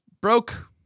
broke